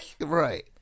Right